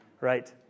right